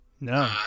No